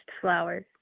flowers